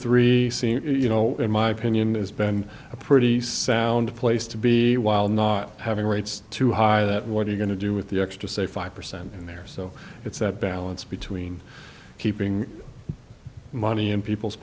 seems you know in my opinion it's been a pretty sound place to be while not having rates too high that what are you going to do with the extra say five percent in there so it's that balance between keeping money in people's